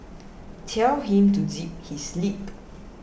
tell him to zip his lip